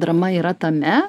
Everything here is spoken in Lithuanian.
drama yra tame